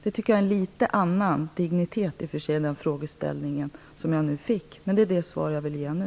Jag tycker i och för sig att den frågeställning som jag nu fick är av en något annan dignitet. Men detta är det svar som jag vill ge nu.